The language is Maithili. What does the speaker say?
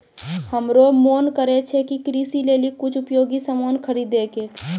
हमरो मोन करै छै कि कृषि लेली कुछ उपयोगी सामान खरीदै कै